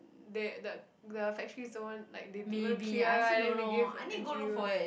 they the the factory don't want like they don't want clear right then they give uh N_T_U